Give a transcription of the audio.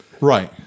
Right